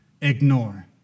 ignore